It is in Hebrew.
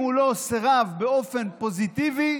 ואם הוא לא סירב באופן פוזיטיבי,